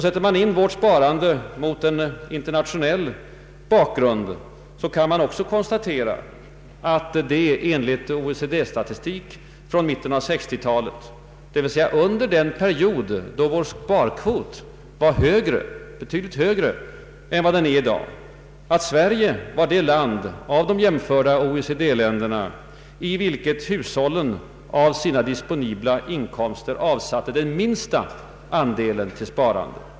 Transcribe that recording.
Sätter man in vårt sparande mot en internationell bakgrund kan man också konstatera att Sverige enligt OECD statistik från mitten av 1960-talet — under den period då vår sparkvot var betydligt högre än den är i dag — var det land av de jämförda OECD-länderna i vilket hushållen av sina disponibla inkomster avsatte den minsta andelen till sparande.